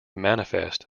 manifest